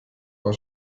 war